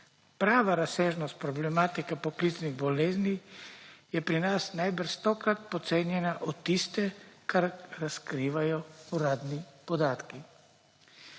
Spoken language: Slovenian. Prava razsežnost problematike poklicnih bolezni je pri nas najbrž stokrat podcenjena v primerjavi s tistim, kar razkrivajo uradni podatki.